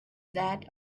that